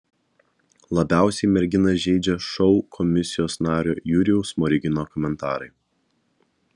labiausiai merginą žeidžia šou komisijos nario jurijaus smorigino komentarai